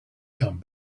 come